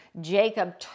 Jacob